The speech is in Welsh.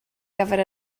gyfer